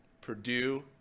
Purdue